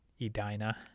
edina